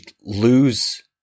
lose